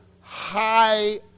high